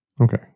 Okay